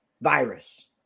virus